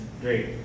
Great